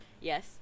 Yes